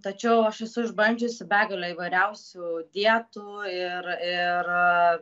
tačiau aš esu išbandžiusi begalę įvairiausių dietų ir ir